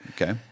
Okay